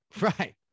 right